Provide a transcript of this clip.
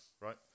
right